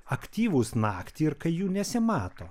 aktyvūs naktį ir kai jų nesimato